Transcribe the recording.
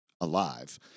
alive